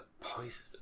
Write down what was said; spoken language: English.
Poison